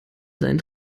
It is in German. seinen